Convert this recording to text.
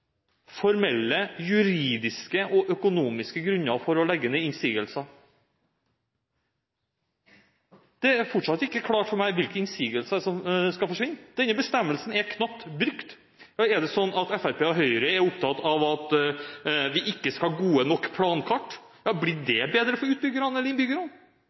formelle juridiske og økonomiske grunner for å fremme innsigelser. Det er fortsatt ikke klart for meg hvilke innsigelser som skal forsvinne. Denne bestemmelsen er knapt brukt. Er Fremskrittspartiet og Høyre opptatt av at vi ikke skal ha gode nok plankart? Blir det bedre for utbyggerne eller innbyggerne?